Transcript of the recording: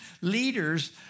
leaders